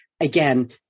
Again